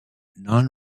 non